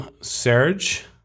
Serge